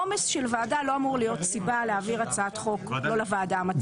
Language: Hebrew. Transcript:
עומס של ועדה לא אמור להיות סיבה להעביר הצעת חוק לא לוועדה המתאימה.